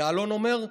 יעלון אומר: